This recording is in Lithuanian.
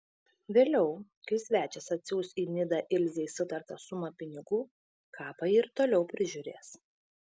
vėliau kai svečias atsiųs į nidą ilzei sutartą sumą pinigų kapą ji ir toliau prižiūrės